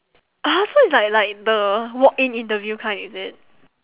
oh so it's like like the walk in interview kind is it